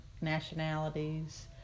nationalities